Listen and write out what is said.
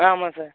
ஆமாம் சார்